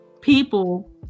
people